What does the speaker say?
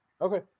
Okay